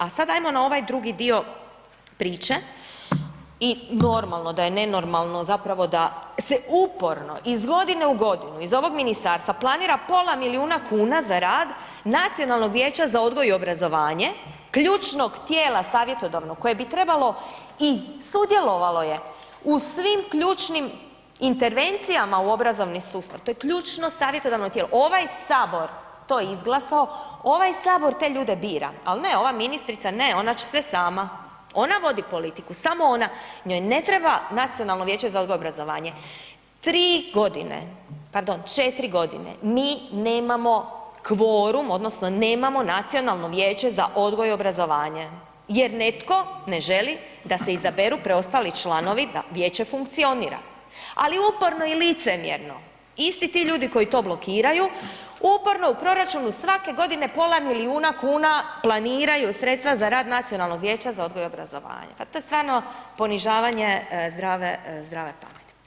A sad ajmo na ovaj drugi dio priče i normalno da je nenormalno zapravo da se uporno iz godine u godinu iz ovog ministarstva planira pola milijuna kuna za rad Nacionalnog vijeća za odgoj i obrazovanje, ključnog tijela savjetodavnog koje bi trebalo i sudjelovalo je u svim ključnim intervencijama u obrazovni sustav, to je ključno savjetodavno tijelo, ovaj HS je to izglasao, ovaj HS te ljude bira, al ne ova ministrica ne, ona će sve sama, ona vodi politiku, samo ona, njoj ne treba Nacionalno vijeće za odgoj i obrazovanje, 3.g., pardon 4.g. mi nemamo kvorum odnosno nemamo Nacionalno vijeće za odgoj i obrazovanje jer netko ne želi da se izaberu preostali članovi da vijeće funkcionira, ali uporno i licemjerno isti ti ljudi koji to blokiraju uporno u proračunu svake godine pola milijuna kuna planiraju sredstva za rad Nacionalnog vijeća za odgoj i obrazovanje, pa to je stvarno ponižavanje zdrave, zdrave pameti.